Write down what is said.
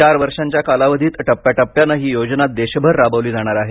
चार वर्षांच्या कालावधीत टप्प्याटप्प्याने ही योजना देशभर राबविली जाणार आहे